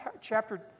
chapter